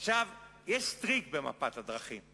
יש טריק במפת הדרכים: